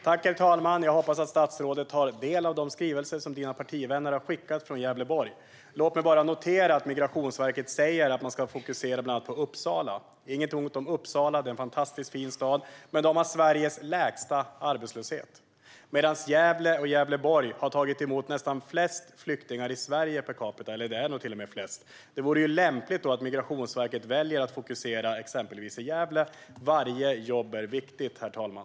Herr talman! Jag hoppas att statsrådet tar del av de skrivelser som hans partivänner har skickat från Gävleborg. Låt mig bara notera att Migrationsverket säger att man ska fokusera bland annat på Uppsala. Inget ont om Uppsala - det är en fantastiskt fin stad - men där har man Sveriges lägsta arbetslöshet, medan Gävle och Gävleborg har tagit emot flest flyktingar i Sverige per capita. Det vore då lämpligt att Migrationsverket väljer att fokusera på exempelvis Gävle. Varje jobb är viktigt, herr talman.